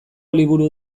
liburu